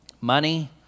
Money